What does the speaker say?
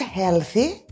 healthy